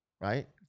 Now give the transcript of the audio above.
right